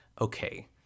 okay